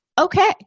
Okay